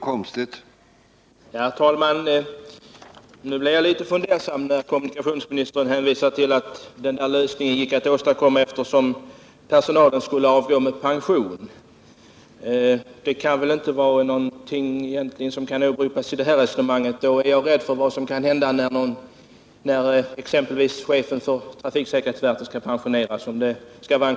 Herr talman! Jag blir litet fundersam när kommunikationsministern hänvisar till att den lösningen gick att åstadkomma eftersom personalen skulle avgå med pension. Det kan väl inte åberopas i det här resonemanget. Om man löser problemen på det sättet, är jag rädd för vad som kan hända när exempelvis chefen för trafiksäkerhetsverket skall pensioneras.